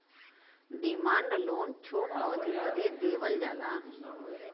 demand loan छोट अवधी बदे देवल जाला